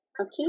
Okay